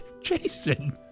Jason